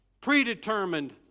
predetermined